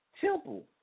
Simple